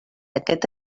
aquest